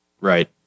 right